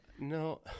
No